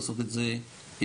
לעשות את זה השנה.